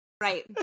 Right